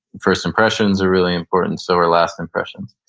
first impressions are really important, so are last impressions.